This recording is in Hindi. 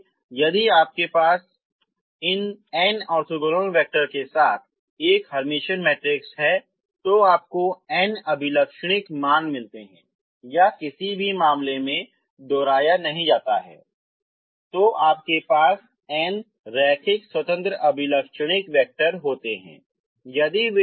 इसलिए यदि आपके पास इन n ऑर्थोगोनल वैक्टर के साथ एक हर्मिटियन मैट्रिक्स है तो आपको n अभिलक्षणिक मान मिलते हैं या किसी भी मामले में दोहराया अलग नहीं जाता हैं तो आपके पास n रैखिक स्वतंत्र अभिलक्षणिक वैक्टर होते हैं